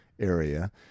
area